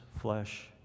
flesh